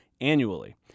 annually